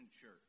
Church